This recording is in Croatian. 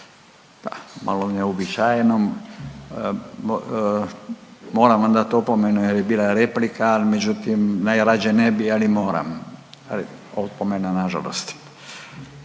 Da, malo neuobičajeno, moram vam dat opomenu jer je bila replika, al međutim najrađe ne bi, ali moram, ali opomena nažalost.